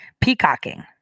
peacocking